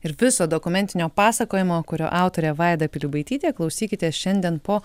ir viso dokumentinio pasakojimo kurio autorė vaida pilibaitytė klausykitės šiandien po